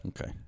Okay